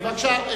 אדוני היושב-ראש,